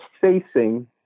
facing